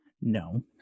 No